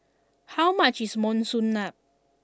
how much is Monsunabe